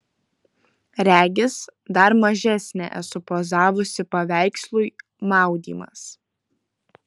regis dar mažesnė esu pozavusi paveikslui maudymas